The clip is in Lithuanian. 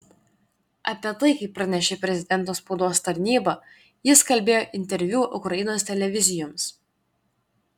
apie tai kaip pranešė prezidento spaudos tarnyba jis kalbėjo interviu ukrainos televizijoms